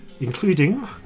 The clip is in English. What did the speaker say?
including